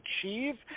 achieve